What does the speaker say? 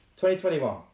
2021